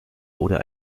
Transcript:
oder